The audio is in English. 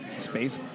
space